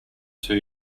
two